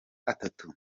atatu